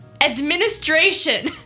administration